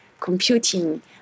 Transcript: computing